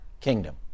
kingdom